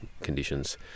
conditions